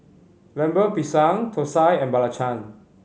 Lemper Pisang thosai and belacan